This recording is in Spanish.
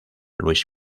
luis